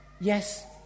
Yes